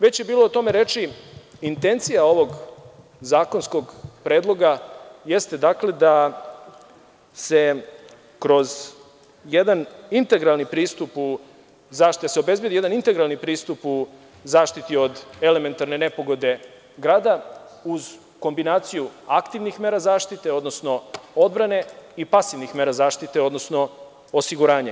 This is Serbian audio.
Već je bilo o tome reči, intencija ovog zakonskog predloga jeste da se kroz jedan integralni pristup u zaštiti, da se obezbedi jedan integralni pristup u zaštiti od elementarne nepogode grada, uz kombinaciju aktivnih mera zaštite, odnosno odbrane, i pasivnih mera zaštite, odnosno osiguranja.